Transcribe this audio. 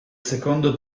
secondo